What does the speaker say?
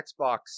Xbox